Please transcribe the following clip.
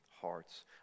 hearts